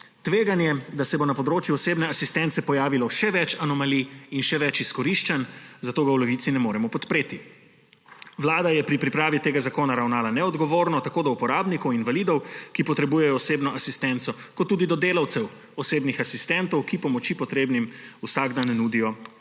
tveganje, da se bo na področju osebne asistence pojavilo še več anomalij in še več izkoriščanj. Zato ga v Levici ne moremo podpreti. Vlada je pri pripravi tega zakona ravnala neodgovorno tako do uporabnikov – invalidov, ki potrebujejo osebno asistenco, kot tudi do delavcev – osebnih asistentov, ki pomoči potrebnim vsak dan nudijo